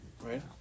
right